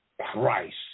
Christ